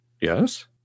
Yes